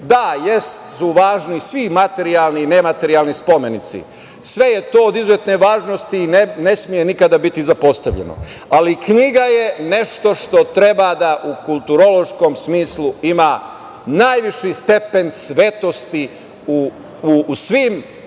jesu važni svi materijalni i nematerijalni spomenici, sve je to od izuzetne važnosti i ne sme nikada biti zapostavljeno, ali knjiga je nešto što treba da u kulturološkom smislu ima najviši stepen svetosti u svim